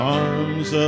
arms